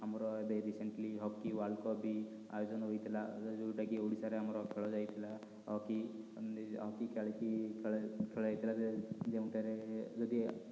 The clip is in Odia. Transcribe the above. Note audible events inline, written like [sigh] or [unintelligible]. ଆମର ଏବେ ରିସେଣ୍ଟଲି ହକି ଓ୍ୱାର୍ଲ୍ଡ କପ୍ ବି ଆୟୋଜନ ହୋଇଥିଲା ଯେଉଁଟା କି ଓଡ଼ିଶାରେ ଆମର ଖେଳ ଯାଇଥିଲା ହକି [unintelligible] ଖେଳା ଯାଇଥିଲା ଯେଉଁଠାରେ ଯଦି